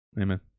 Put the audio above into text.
Amen